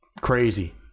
Crazy